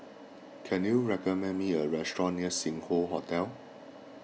can you recommend me a restaurant near Sing Hoe Hotel